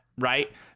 Right